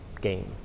game